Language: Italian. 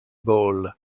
ball